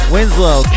Winslow